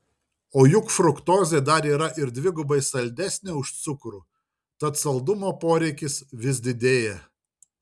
o juk fruktozė dar yra ir dvigubai saldesnė už cukrų tad saldumo poreikis vis didėja